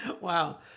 Wow